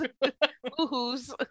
Boo-hoos